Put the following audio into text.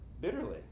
bitterly